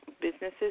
businesses